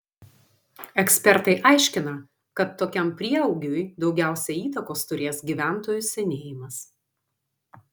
ekspertai aiškina kad tokiam prieaugiui daugiausiai įtakos turės gyventojų senėjimas